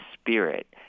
spirit